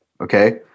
okay